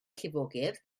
llifogydd